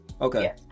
Okay